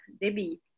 Debbie